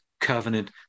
Covenant